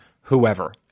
whoever